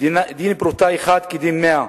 דין פרוטה אחת כדין מאה.